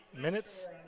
minutes